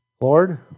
Lord